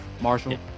Marshall